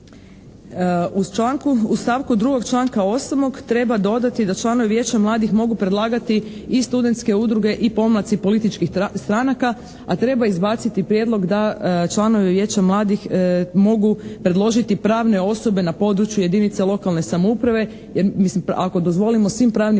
U stavku 2. članka 8. treba dodati da članovi Vijeća mladih mogu predlagati i studentske udruge i pomladci političkih stranaka, a treba izbaciti prijedlog da članove Vijeća mladih mogu predložiti pravne osobe na području jedinice lokalne samouprave. Jer mislim ako dozvolimo svim pravnim